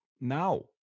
now